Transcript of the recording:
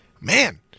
man